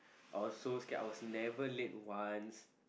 I was so scared I was never late once